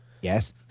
Yes